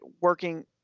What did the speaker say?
working